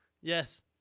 Yes